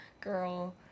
girl